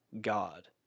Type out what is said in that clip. God